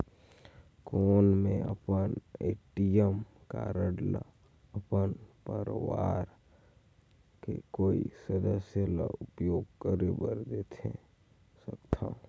कौन मैं अपन ए.टी.एम कारड ल अपन परवार के कोई सदस्य ल उपयोग करे बर दे सकथव?